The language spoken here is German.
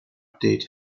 update